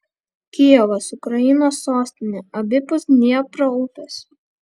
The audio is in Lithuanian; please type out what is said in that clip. kijevas ukrainos sostinė abipus dniepro upės